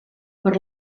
per